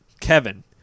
Kevin